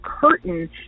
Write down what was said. curtain